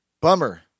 Bummer